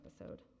episode